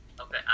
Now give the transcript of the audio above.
Okay